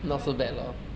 right